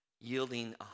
yielding